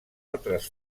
altres